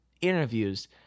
interviews